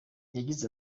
yagize